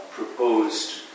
Proposed